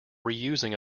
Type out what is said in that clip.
reusing